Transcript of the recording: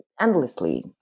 endlessly